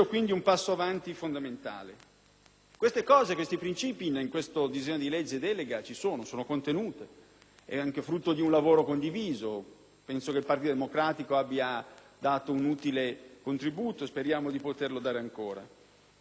fondamentale. Questi principi in questo disegno di legge delega ci sono ed il suo contenuto è anche frutto di un lavoro condiviso. Penso che il Partito Democratico abbia dato un utile contributo; speriamo di poterlo dare ancora.